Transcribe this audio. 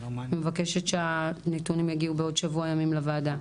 אני מבקשת שהנתונים יגיעו בעוד שבוע ימים לוועדה.